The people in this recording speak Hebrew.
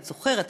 את זוכרת,